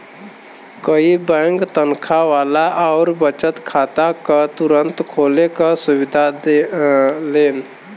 कई बैंक तनखा वाला आउर बचत खाता क तुरंत खोले क सुविधा देन